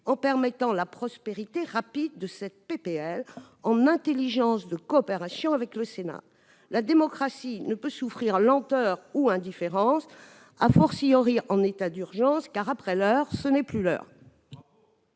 en permettant la prospérité rapide de cette proposition de loi en intelligence et en coopération avec le Sénat. La démocratie ne peut souffrir lenteur ou indifférence, en état d'urgence, car, après l'heure, ce n'est plus l'heure